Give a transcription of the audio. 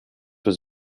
was